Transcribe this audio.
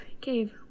cave